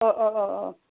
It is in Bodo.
अ अ